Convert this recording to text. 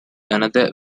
another